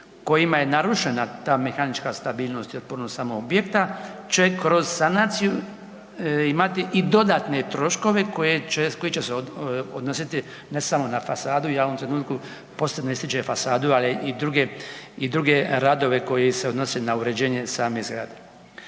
kojima je narušena ta mehanička stabilnost i otpornost samog objekta će kroz sanaciju imati i dodatne troškove koje će, koji će se odnositi ne samo na fasadu, ja u ovom trenutku posebno ističem fasadu, ali i druge i druge radove koji se odnose na uređenje same zgrade.